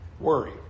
Worry